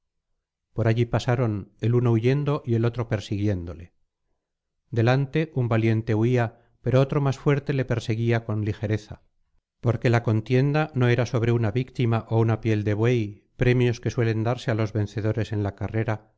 por allí pasaron el uno huyendo y el otro persiguiéndole delante un valiente huía pero otro más fuerte le perseguía con ligereza porque la contienda no era sobre una víctima ó una piel de buey premios que suelen darse á los vencedores en la carrera